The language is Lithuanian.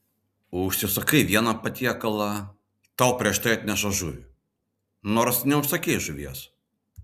užsisakai vieną patiekalą tau prieš tai atneša žuvį nors neužsakei žuvies